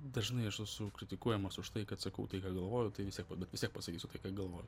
dažnai aš esu kritikuojamas už tai kad sakau tai ką galvoju tai vis tiek bet vis tiek pasakysiu tai ką galvoju